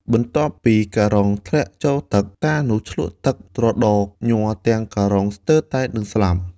បន្ទាប់ពីការុងធ្លាក់ចូលទឹក តានោះឈ្លក់ទឹកត្រដរញ័រទាំងការុងស្ទើរតែនិងស្លាប់។